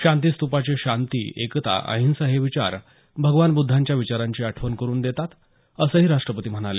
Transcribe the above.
शांतीस्त्पाचे शांती एकता आणि अहिंसा हे विचार भगवान बुद्धांच्या विचारांची आठवण करून देतात असंही राष्टपती म्हणाले